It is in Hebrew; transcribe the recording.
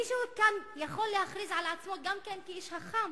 מישהו כאן יכול להכריז על עצמו גם כן כאיש חכם.